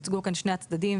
הוצגו כאן שני הצדדים,